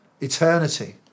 Eternity